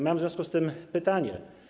Mam w związku z tym pytanie.